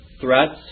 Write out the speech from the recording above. threats